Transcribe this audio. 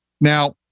Now